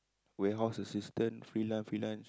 warehouse assistance freelance freelance